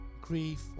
grief